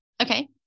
okay